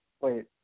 Wait